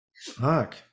fuck